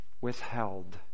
withheld